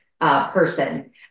person